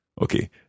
Okay